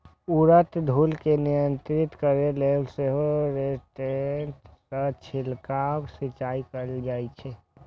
उड़ैत धूल कें नियंत्रित करै लेल सेहो रोटेटर सं छिड़काव सिंचाइ कैल जाइ छै